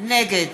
נגד